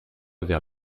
vers